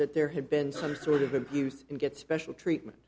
that there had been some sort of abuse and get special treatment